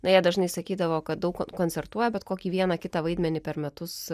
na jie dažnai sakydavo kad daug koncertuoja bet kokį vieną kitą vaidmenį per metus